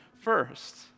first